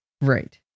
Right